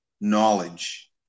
knowledge